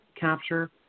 capture